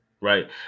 right